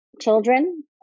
children